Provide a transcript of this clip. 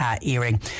earring